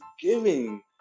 giving